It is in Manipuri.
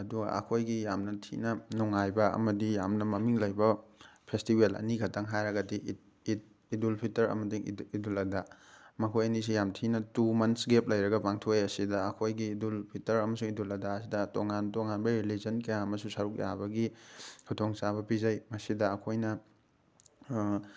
ꯑꯗꯨ ꯑꯩꯈꯣꯏꯒꯤ ꯌꯥꯝꯅ ꯊꯤꯅ ꯅꯨꯡꯉꯥꯏꯕ ꯑꯃꯗꯤ ꯌꯥꯝꯅ ꯃꯃꯤꯡ ꯂꯩꯕ ꯐꯦꯁꯇꯤꯚꯦꯜ ꯑꯅꯤꯈꯇꯪ ꯍꯥꯏꯔꯒꯗꯤ ꯏꯠ ꯏꯠ ꯏꯠꯗꯨꯜ ꯐꯤꯜꯇꯔ ꯑꯃꯗꯤ ꯏꯠꯗꯨꯜ ꯑꯗꯥ ꯃꯈꯣꯏ ꯑꯅꯤꯁꯤ ꯌꯥꯝ ꯊꯤꯅ ꯇꯨ ꯃꯟꯁ ꯒꯦꯞ ꯂꯩꯔꯒ ꯄꯥꯡꯊꯣꯛꯑꯦ ꯁꯤꯗ ꯑꯩꯈꯣꯏꯒꯤ ꯏꯠꯗꯨꯜ ꯐꯤꯜꯇꯔ ꯑꯃꯗꯤ ꯏꯠꯗꯨꯜ ꯑꯗꯥꯁꯤꯗ ꯇꯣꯉꯥꯟ ꯇꯣꯉꯥꯟꯕ ꯔꯤꯂꯤꯖꯟ ꯀꯌꯥ ꯑꯃꯁꯨ ꯁꯔꯨꯛ ꯌꯥꯕꯒꯤ ꯈꯨꯗꯣꯡꯆꯥꯕ ꯄꯤꯖꯩ ꯃꯁꯤꯗ ꯑꯩꯈꯣꯏꯅ